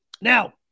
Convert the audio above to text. Now